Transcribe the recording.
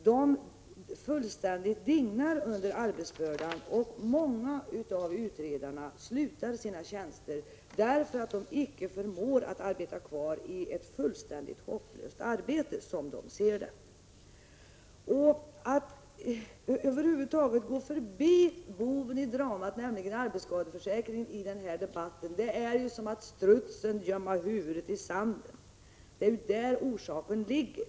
De fullkomligt dignar under arbetsbördan, och många av utredarna slutar sina tjänster därför att de icke förmår arbeta kvar i vad de ser som ett fullständigt hopplöst arbete. Att över huvud taget gå förbi boven i dramat, arbetsskadeförsäkringen, i den här debatten är detsamma som att i likhet med strutsen gömma huvudet i sanden. Det är ju där orsaken ligger.